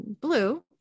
blue